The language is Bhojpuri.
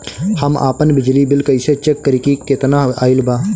हम आपन बिजली बिल कइसे चेक करि की केतना आइल बा?